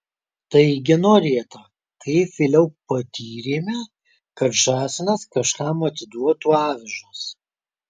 taigi norėta kaip vėliau patyrėme kad žąsinas kažkam atiduotų avižas